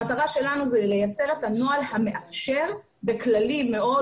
המטרה שלנו זה לייצר את הנוהל המאפשר בכללים מאוד